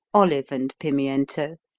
olive and pimiento,